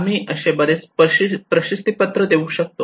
आम्ही असे बरेच प्रशस्तीपत्र देऊ शकतो